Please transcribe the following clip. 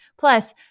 Plus